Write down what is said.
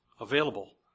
available